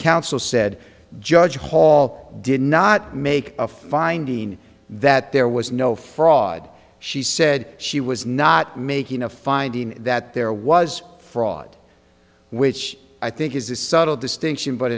counsel said judge hall did not make a finding that there was no fraud she said she was not making a finding that there was fraud which i think is a subtle distinction but